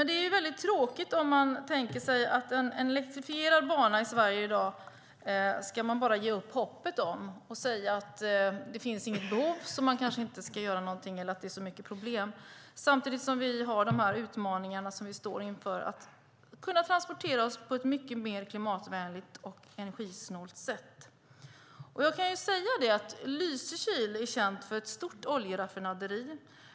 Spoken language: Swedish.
Det är väldigt tråkigt om man tänker sig att man bara ska ge upp hoppet om en elektrifierad bana i Sverige i dag och säga att det inte finns något behov eller att det är så mycket problem att man kanske inte ska göra någonting - samtidigt som vi har de utmaningar vi står inför när det gäller att kunna transportera oss på ett mycket mer klimatvänligt och energisnålt sätt. Jag kan säga att Lysekil är känt för ett stort oljeraffinaderi.